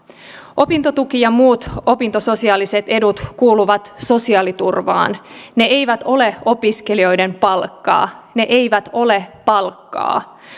opintotuki ja muut opintososiaaliset edut kuuluvat sosiaaliturvaan ne eivät ole opiskelijoiden palkkaa ne eivät ole palkkaa